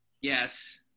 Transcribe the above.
Yes